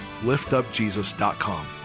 liftupjesus.com